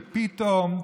ופתאום,